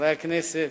חברי הכנסת,